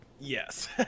Yes